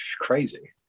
crazy